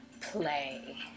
play